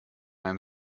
einem